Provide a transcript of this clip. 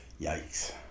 Yikes